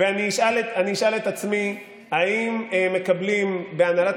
ואני אשאל את עצמי: האם מקבלים בהנהלת